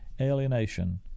alienation